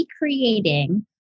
recreating